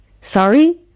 Sorry